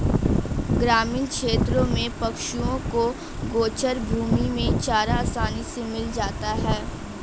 ग्रामीण क्षेत्रों में पशुओं को गोचर भूमि में चारा आसानी से मिल जाता है